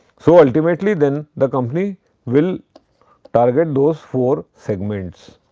so, ultimately then the company will target those four segments.